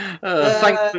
Thanks